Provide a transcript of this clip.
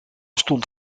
stond